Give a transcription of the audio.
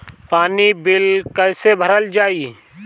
पानी बिल कइसे भरल जाई?